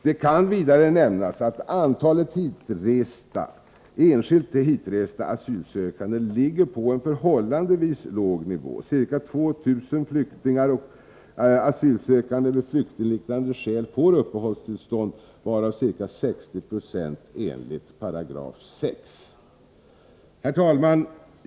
Det kan vidare nämnas att antalet enskilt hitresta asylsökande ligger på en förhållandevis låg nivå. Ca 2 000 flyktingar och asylsökande med flyktingliknande skäl får årligen uppehållstillstånd, varav ca 6090 enligt 6 § i utlänningslagen. Herr talman!